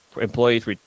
Employees